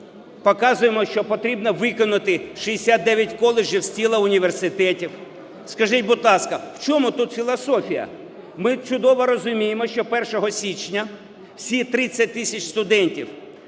показуємо, що потрібно викинути 69 коледжів з тіла університетів. Скажіть, будь ласка, в чому тут філософія? Ми чудово розуміємо, що 1 січня всі 30 тисяч студентів,